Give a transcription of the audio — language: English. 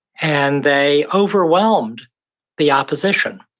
and they overwhelmed the opposition.